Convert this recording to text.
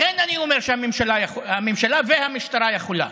לכן אני אומר שהממשלה והמשטרה יכולות.